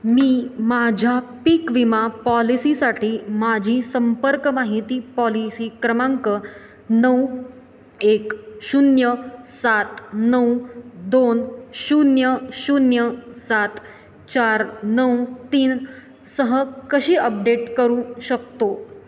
मी माझ्या पीक विमा पॉलिसीसाठी माझी संपर्क माहिती पॉलिसी क्रमांक नऊ एक शून्य सात नऊ दोन शून्य शून्य सात चार नऊ तीन सह कशी अपडेट करू शकतो